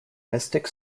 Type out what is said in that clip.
mystic